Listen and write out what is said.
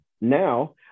Now